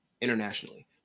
internationally